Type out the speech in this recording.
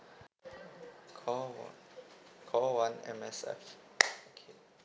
call one call one M_S_F okay